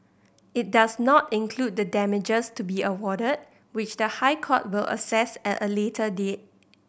it does not include the damages to be awarded which the High Court will assess at a later date